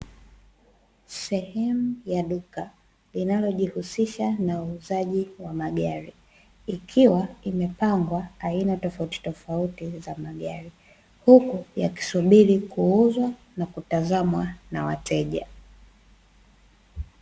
Sehemu ya duka linalojihusisha na uuzaji wa magari, ikiwa imepamgwa aina tofauti tofauti za magari, huku yakisubiria kuuzwa na kutazamwa na wateja.